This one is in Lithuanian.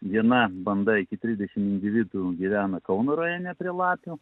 viena banda iki trisdešimt individų gyvena kauno rajone prie lapių